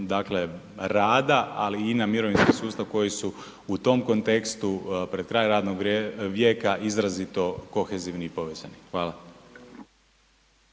dakle rada ali i na mirovinski sustav koji su u tom kontekstu pred kraj radnog vijeka izrazito kohezivni i povezani. Hvala.